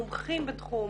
מומחים בתחום,